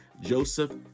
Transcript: Joseph